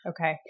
Okay